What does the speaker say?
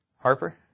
Harper